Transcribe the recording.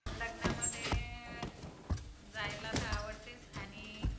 लग्नामध्ये जायला तर आवडतेच आणि